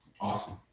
Awesome